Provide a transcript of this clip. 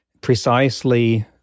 precisely